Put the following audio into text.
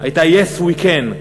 הייתה Yes, we can.